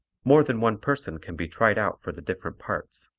more than one person can be tried out for the different parts.